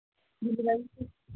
ꯗꯤꯂꯤꯕꯔꯤꯁꯨ